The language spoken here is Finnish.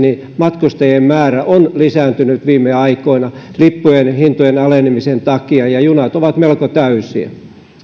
matkustajien määrä on lisääntynyt viime aikoina lippujen hintojen alenemisen takia ja junat ovat melko täysiä